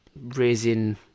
raising